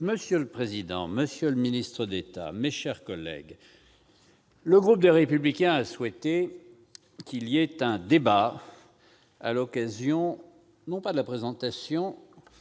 Monsieur le président, monsieur le ministre d'État, mes chers collègues, le groupe Les Républicains a souhaité qu'il y ait un débat à l'occasion, non pas de la présentation,